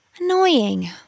Annoying